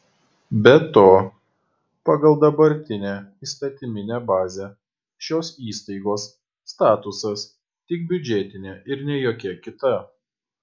be to pagal dabartinę įstatyminę bazę šios įstaigos statusas tik biudžetinė ir ne jokia kita